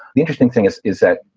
the interesting thing is, is that,